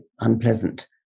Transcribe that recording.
unpleasant